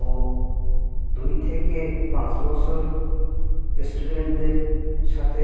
ও দুই থেকে পাঁচ বছর ইস্টুডেন্টদের সাথে